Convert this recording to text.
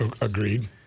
Agreed